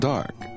Dark